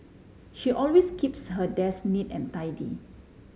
she always keeps her desk neat and tidy